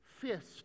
fist